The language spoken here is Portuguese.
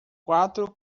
quatro